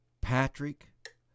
Patrick